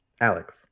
Alex